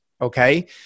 okay